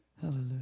Hallelujah